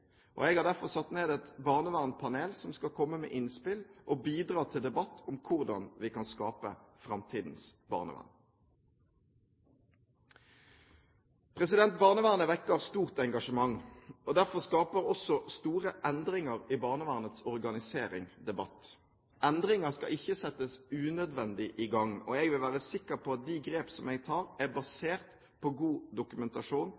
Jeg har derfor satt ned et barnevernspanel, som skal komme med innspill og bidra til debatt om hvordan vi kan skape framtidens barnevern. Barnevernet vekker stort engasjement. Derfor skaper også store endringer i barnevernets organisering debatt. Endringer skal ikke settes unødvendig i gang. Jeg vil være sikker på at de grep jeg tar, er basert på god dokumentasjon